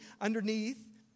underneath